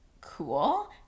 cool